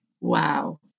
wow